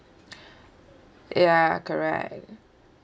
ya correct